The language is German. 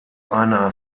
einer